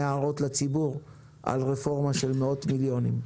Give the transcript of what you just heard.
הערות לציבור על רפורמה של מאות מיליוני שקלים.